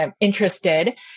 interested